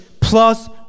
plus